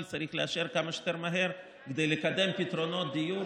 צריך לאשר כמה שיותר מהר כדי לקדם פתרונות דיור,